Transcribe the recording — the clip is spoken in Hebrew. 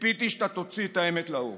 וציפיתי שאתה תוציא את האמת לאור.